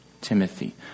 Timothy